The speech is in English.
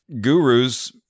gurus